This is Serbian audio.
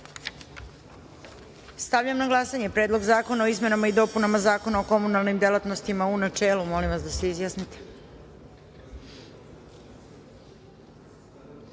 celini. Stavljam na glasanje Predlog zakona o izmenama i dopunama Zakona o komunalnim delatnostima, u načelu. Molim vas da se